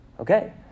Okay